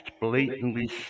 blatantly